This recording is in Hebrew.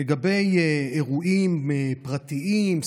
לגבי אירועים פרטיים,